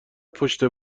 پشت